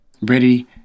ready